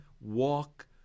walk